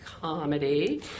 comedy